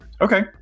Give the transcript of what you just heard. Okay